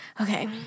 Okay